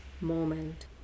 moment